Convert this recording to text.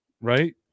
Right